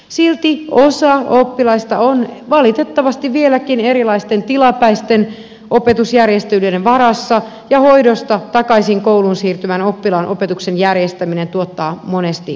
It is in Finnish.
silti osa oppilaista on valitettavasti vieläkin erilaisten tilapäisten opetusjärjestelyiden varassa ja hoidosta takaisin kouluun siirtyvän oppilaan opetuksen järjestäminen tuottaa monesti vaikeuksia